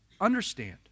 Understand